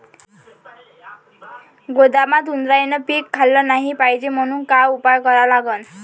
गोदामात उंदरायनं पीक खाल्लं नाही पायजे म्हनून का उपाय करा लागन?